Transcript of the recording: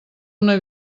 una